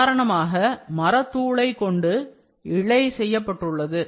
உதாரணமாக மரத்தூளை கொண்டு இழை செய்யப்பட்டுள்ளது